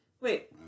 Wait